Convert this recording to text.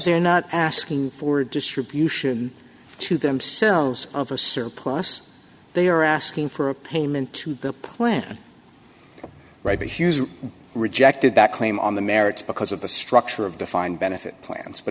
they're not asking for distribution to themselves of a surplus they are asking for a payment to the plan right but hughes rejected that claim on the merits because of the structure of defined benefit plans but